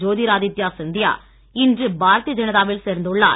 ஜோதிராதித்யா சிந்தியா இன்று பாரதிய ஜனதாவில் சேர்ந்துள்ளார்